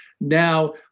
now